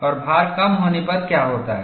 और भार कम होने पर क्या होता है